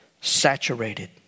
saturated